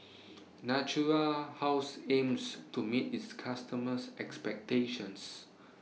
Natura House aims to meet its customers' expectations